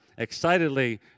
excitedly